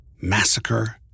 massacre